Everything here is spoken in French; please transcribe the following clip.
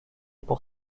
pour